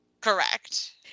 Correct